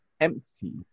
empty